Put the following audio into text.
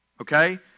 okay